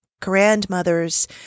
grandmothers